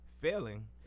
failing